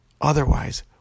Otherwise